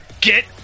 Get